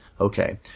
Okay